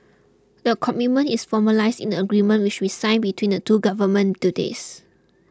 the commitment is formalised in the agreement which we signed between the two governments today's